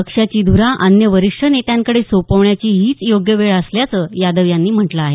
पक्षाची धुरा अन्य वरिष्ठ नेत्यांकडे सोपवण्याची हीच योग्य वेळ असल्याचं यादव यांनी म्हटलं आहे